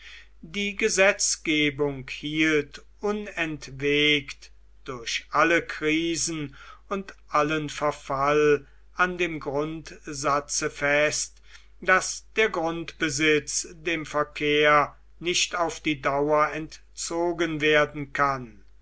die gesetzgebung hielt unentwegt durch alle krisen und allen verfall an dem grundsatze fest daß der grundbesitz dem verkehr nicht auf die dauer entzogen werden kann